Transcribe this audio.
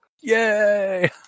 Yay